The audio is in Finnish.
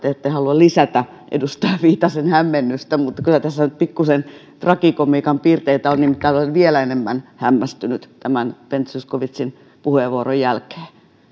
lisätä edustaja viitasen hämmennystä mutta kyllä tässä nyt pikkusen tragikomiikan piirteitä on nimittäin olen vielä enemmän hämmästynyt tämän ben zyskowiczin puheenvuoron jälkeen